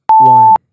one